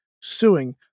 suing